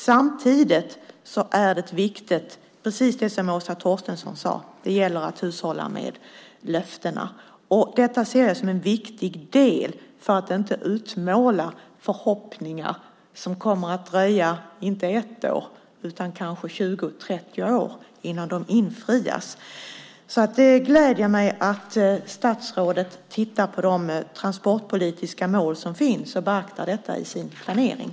Samtidigt är det viktigt att, precis som Åsa Torstensson sade, hushålla med löften. Detta ser jag som en viktig del för att inte utmåla förhoppningar som det kommer att dröja inte ett år utan kanske 20-30 år innan de infrias. Det gläder mig alltså att statsrådet tittar på transportpolitiska mål som finns och beaktar detta i sin planering.